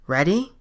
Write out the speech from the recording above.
ready